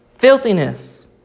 Filthiness